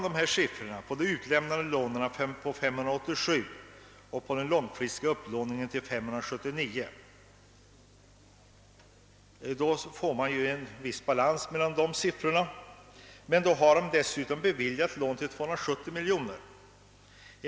Mellan siffran för utlämnade lån och siffran för långfristig upplåning finns sålunda en viss balans. Men dessutom har alltså beviljats lån på 270 miljoner kronor.